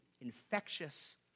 infectious